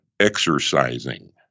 exercising